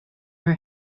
her